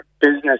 business